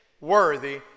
worthy